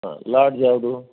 ಹಾಂ ಲಾಡ್ಜ್ ಯಾವುದು